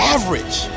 Average